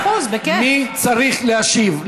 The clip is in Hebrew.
מי צריך להשיב?